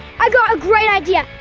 i got a great idea,